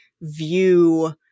view